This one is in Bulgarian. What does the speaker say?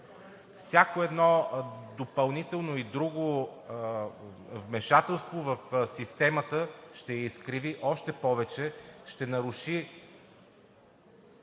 Всяко едно допълнително и друго вмешателство в системата ще я изкриви още повече, ще наруши